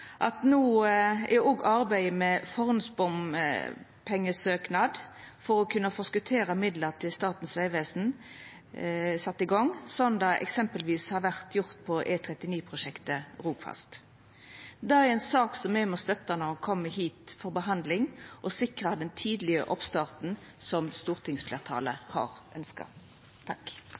at arbeidet med førehandsbompengesøknad for å kunna forskotera midlar til Statens vegvesen er sett i gang, slik det eksempelvis har vorte gjort i E39-prosjektet Rogfast. Det er ei sak som me må støtta når ho kjem hit for behandling, for å sikra den tidlege oppstarten som stortingsfleirtalet har ønskt.